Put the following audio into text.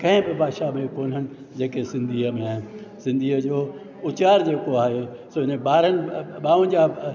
कंहिं बि भाषा में कोन्हनि जेके सिंधीअ में आहिनि सिंधीअ जो उचार जेको आहे सो इन्हनि ॿारहं ॿावंजाहु